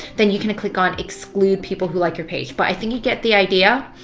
then you can click on exclude people who like your page. but i think you get the idea.